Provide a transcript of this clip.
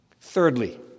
Thirdly